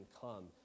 come